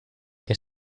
que